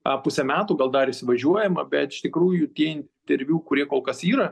a pusę metų gal dar įsivažiuojama bet iš tikrųjų tie interviu kurie kol kas yra